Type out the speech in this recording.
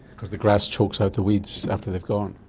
because the grass chokes out the weeds after they've gone.